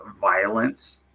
violence